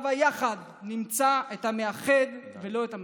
הבה יחד נמצא את המאחד ולא את המפריד.